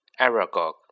Aragog